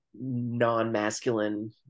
non-masculine